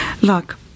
Look